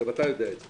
גם אתה יודע את זה.